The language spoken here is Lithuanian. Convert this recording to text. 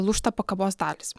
lūžta pakabos dalys